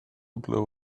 blow